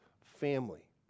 family